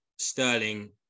Sterling